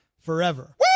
forever